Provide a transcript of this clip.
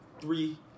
three